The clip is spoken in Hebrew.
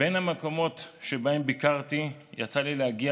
בין המקומות שבהם ביקרתי יצא לי להגיע